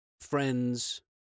friends